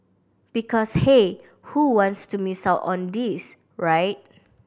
because hey who wants to miss out on this right